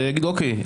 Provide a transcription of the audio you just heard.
ויגידו: אוקיי,